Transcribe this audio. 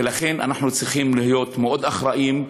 ולכן אנחנו צריכים להיות מאוד אחראים.